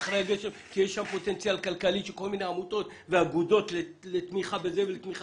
על פוטנציאל כלכלי לכל מיני עמותות ואגודות לתמיכה בכל מיני